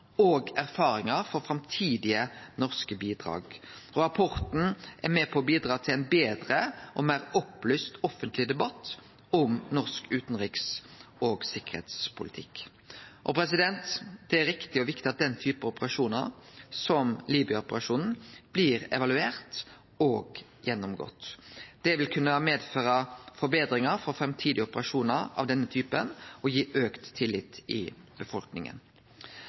og erfaringar for framtidige norske bidrag. Rapporten er med på å bidra til ein betre og meir opplyst offentleg debatt om norsk utanriks- og sikkerheitspolitikk. Det er riktig og viktig at operasjonar av same type som Libya-operasjonane blir evaluerte og gjennomgått. Det vil kunne medføre forbetringar for framtidige operasjoner av denne typen og gi auka tillit i